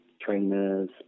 trainers